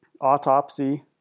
autopsy